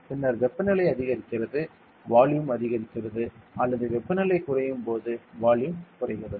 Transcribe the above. பின்னர் வெப்பநிலை அதிகரிக்கிறது வால்யூம் அதிகரிக்கிறது அல்லது வெப்பநிலை குறையும் போது வால்யூம் குறைகிறது